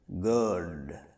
good